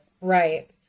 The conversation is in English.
Right